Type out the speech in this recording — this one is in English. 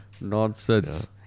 Nonsense